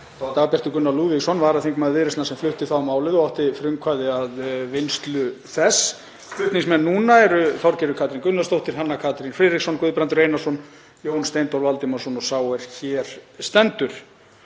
Dagbjartur Gunnar Lúðvíksson, varaþingmaður Viðreisnar, sem flutti þá málið og átti frumkvæði að vinnslu þess. Flutningsmenn núna eru hv. þingmenn Þorgerður Katrín Gunnarsdóttir, Hanna Katrín Friðriksson, Guðbrandur Einarsson, Jón Steindór Valdimarsson og sá er hér stendur.